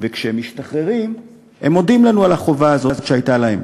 וכשהם משתחררים הם מודים לנו על החובה הזאת שהייתה להם.